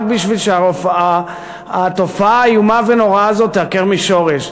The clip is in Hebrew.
רק בשביל שהתופעה האיומה ונוראה הזאת תיעקר משורש.